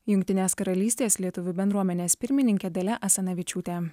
jungtinės karalystės lietuvių bendruomenės pirmininkė dalia asanavičiūtė